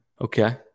Okay